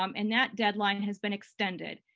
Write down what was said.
um and that deadline has been extended.